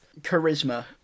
Charisma